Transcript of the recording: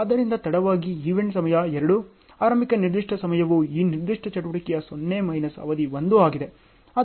ಆದ್ದರಿಂದ ತಡವಾಗಿ ಈವೆಂಟ್ ಸಮಯ 2 ಆರಂಭಿಕ ನಿರ್ದಿಷ್ಟ ಸಮಯವು ಈ ನಿರ್ದಿಷ್ಟ ಚಟುವಟಿಕೆಯ 0 ಮೈನಸ್ ಅವಧಿ 1 ಆಗಿದೆ